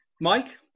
Mike